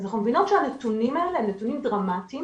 אז אנחנו מבינות שהנתונים האלה הם נתונים דרמטיים,